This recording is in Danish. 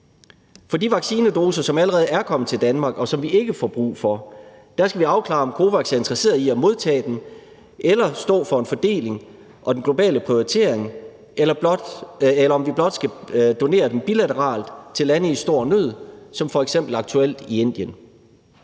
til de vaccinedoser, som allerede er kommet til Danmark, og som vi ikke får brug for, skal vi afklare, om COVAX er interesseret i at modtage dem eller stå for en fordeling og den globale prioritering, eller om vi blot skal donere dem bilateralt til lande i stor nød som f.eks. aktuelt Indien.